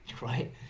right